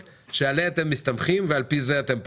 שעליה אתם מסתמכים ועל פיה אתם פועלים?